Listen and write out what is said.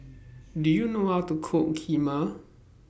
Do YOU know How to Cook Kheema